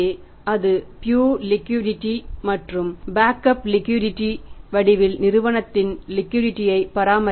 எனவே அது pure liquidity ஐ பராமரிக்கலாம்